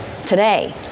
Today